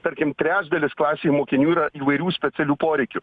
tarkim trečdalis klasėj mokinių yra įvairių specialių poreikių